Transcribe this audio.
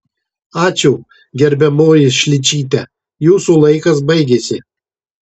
ačiū gerbiamoji šličyte jūsų laikas baigėsi